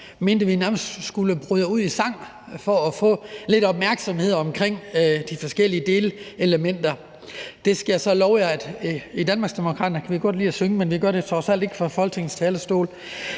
at vi nærmest skulle bryde ud i sang for at få lidt opmærksomhed omkring de forskellige delelementer. I Danmarksdemokraterne kan vi godt lide at synge, men vi gør det trods alt ikke fra Folketingets talerstol.